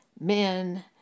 men